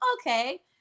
okay